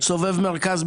סובב מרכז,